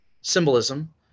symbolism